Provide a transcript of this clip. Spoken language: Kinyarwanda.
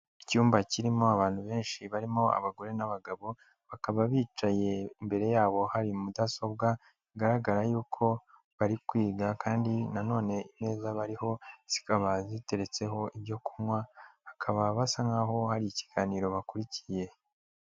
Icyumba kirimo abantu benshi barimo abagore n'abagabo, bakaba bicaye imbere yabo hari mudasobwa, bigaragara yuko bari kwiga kandi na none imeza bariho zikaba ziteretseho ibyo kunywa, bakaba basa nk'aho hari ikiganiro bakurikiye.